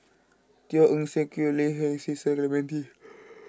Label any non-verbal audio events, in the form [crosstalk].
Teo Eng Seng Quek Ling [unintelligible] Cecil Clementi